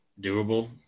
doable